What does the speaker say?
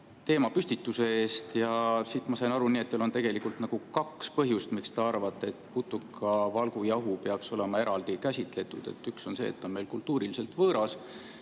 teemapüstituse eest. Ma sain aru nii, et teil on tegelikult kaks põhjust, miks te arvate, et putukavalgujahu peaks olema eraldi käsitletud. Üks on see, et see on meile kultuuriliselt võõras,